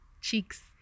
cheeks